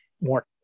more